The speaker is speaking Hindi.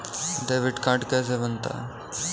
डेबिट कार्ड कैसे बनता है?